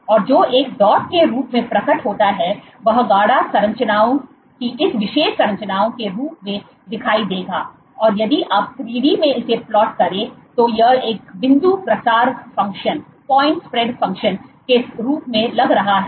और जो एक डॉट के रूप में प्रकट होता है वह गाढ़ा संरचनाओं की इस विशेष संरचना के रूप में दिखाई देगा और यदि आप 3D में इसे replot करें तो यह एक बिंदु प्रसार फंक्शन के रूप में लग रहा है